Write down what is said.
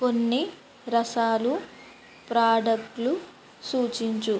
కొన్ని రసాలు ప్రాడక్టులు సూచించు